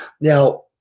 Now